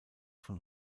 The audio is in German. von